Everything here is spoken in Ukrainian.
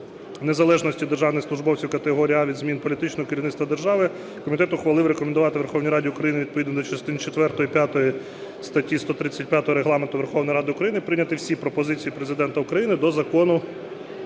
незалежності державних службовців категорії "А" від змін політичного керівництва держави, комітет ухвалив рекомендував Верховній Раді України відповідно до частин четвертої, п'ятої статті 135 Регламенту Верховної Ради України прийняти всі пропозиції Президента України до Закону